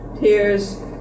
tears